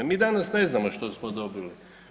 Mi danas ne znamo što smo dobili.